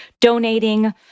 donating